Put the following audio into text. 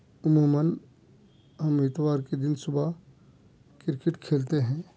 عموماً ہم اتوار کے دن صبح کرکٹ کھیلتے ہیں